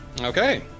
Okay